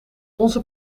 onze